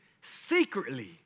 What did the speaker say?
secretly